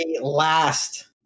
last